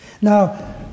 Now